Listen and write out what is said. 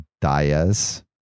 Diaz